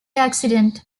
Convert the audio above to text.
accident